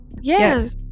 Yes